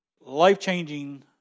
life-changing